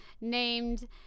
named